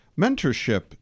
mentorship